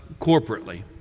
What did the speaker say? corporately